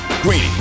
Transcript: Greeny